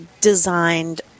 designed